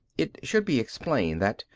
it should be explained that,